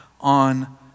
on